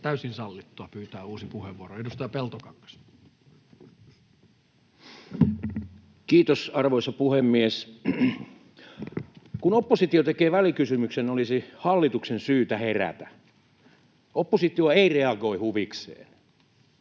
hybridivaikuttamiseen Time: 19:03 Content: Kiitos, arvoisa puhemies! Kun oppositio tekee välikysymyksen, olisi hallituksen syytä herätä. Oppositio ei reagoi huvikseen.